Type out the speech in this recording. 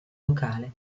locale